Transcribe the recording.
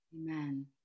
Amen